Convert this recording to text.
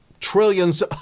trillions